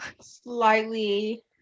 Slightly